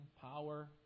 power